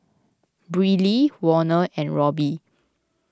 Briley Warner and Robbie